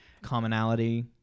commonality